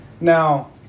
Now